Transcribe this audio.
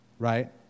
Right